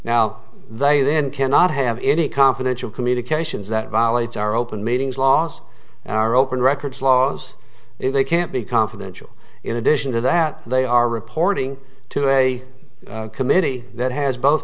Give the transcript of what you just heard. they then cannot have any confidential communications that violates our open meetings laws and our open records laws if they can't be confidential in addition to that they are reporting to a committee that has both